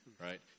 right